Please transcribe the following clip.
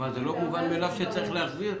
זה לא מובן מאליו שצריך להחזיר?